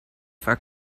for